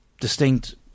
distinct